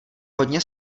hodně